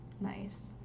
Nice